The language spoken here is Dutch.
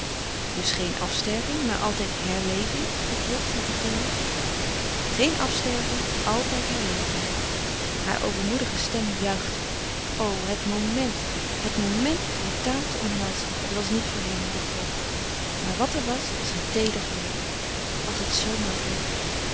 dus geen afsterving maar altijd herleving vroeg lot met een glimlach geen afsterving altijd herleving hare overmoedige stem juichte o het moment het moment brutaal te omhelzen het was niet voor hem dacht lot maar wat er was was een teeder geluk als het zoo maar bleef